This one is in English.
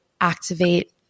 activate